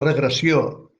regressió